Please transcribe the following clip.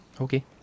okay